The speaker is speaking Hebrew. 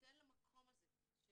שייתן למקום הזה של